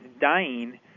dying